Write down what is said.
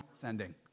sending